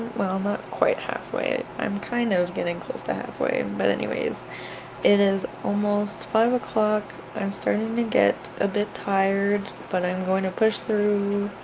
well not quite halfway, i'm kind of getting close to halfway, but anyways it is almost five o'clock, i'm starting to get a bit tired but i'm going to push through,